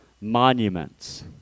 monuments